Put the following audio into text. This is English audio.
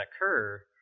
occur